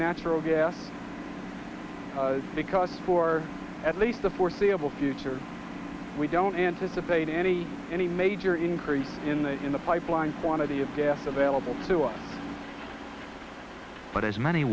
natural gas because for at least the foreseeable future we don't anticipate any any major increase in the in the pipeline quantity of the vailable but as many